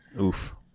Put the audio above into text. Oof